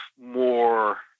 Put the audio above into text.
more